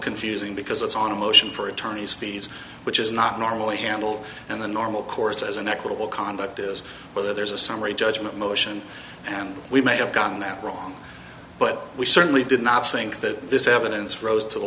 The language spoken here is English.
confusing because it's on a motion for attorney's fees which is not normally handle and the normal course as an equitable conduct is whether there's a summary judgment motion we may have gotten that wrong but we certainly did not think that this evidence rose to